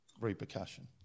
repercussion